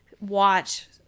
watch